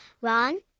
Ron